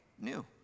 new